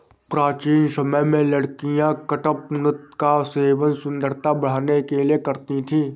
प्राचीन समय में लड़कियां कडपनुत का सेवन सुंदरता बढ़ाने के लिए करती थी